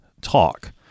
talk